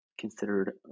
considered